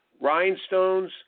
Rhinestones